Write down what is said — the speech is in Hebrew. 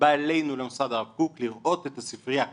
בא אלינו למוסד הרב קוק לראות את הספרייה קודם,